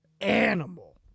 animal